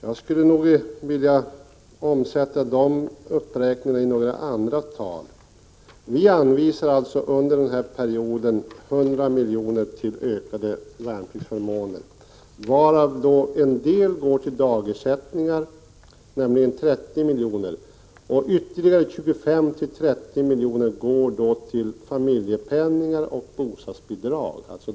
Jag skulle nog vilja använda en del andra tali den uppräkningen. Vi anvisar 100 miljoner till ökade värnpliktsförmåner under perioden. Av dessa går en del till dagersättningar, nämligen 30 miljoner. Ytterligare 25—30 miljoner går till familjepenning och bostadsbidrag.